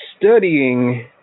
studying